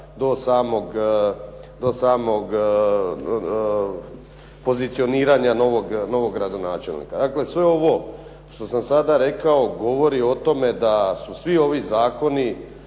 do samog pozicioniranja novog gradonačelnika. Dakle, sve ovo što sam sada rekao govori o tome da su svi ovi zakoni